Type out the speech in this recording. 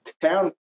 town